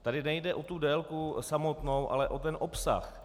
Tady nejde o tu délku samotnou, ale o obsah.